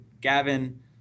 Gavin